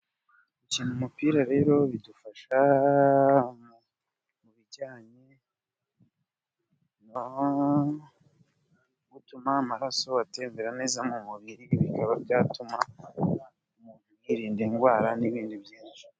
Gukina umupira rero bidufasha mu bijyanye no gutuma amaraso atembera neza mu mubiri, bikaba byatuma umuntu yirinda indwara n'ibindi byinshi.